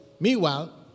Meanwhile